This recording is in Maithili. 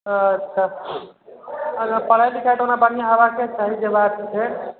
अच्छा पढ़ाइ लिखाइ तऽ ओना बढ़िआँ हेबाके चाही जे बात छै